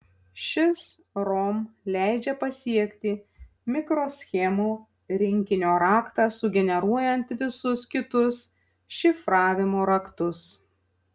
šis rom leidžia pasiekti mikroschemų rinkinio raktą sugeneruojant visus kitus šifravimo raktus